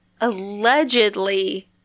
Allegedly